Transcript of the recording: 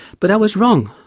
but i was wrong.